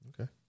Okay